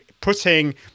putting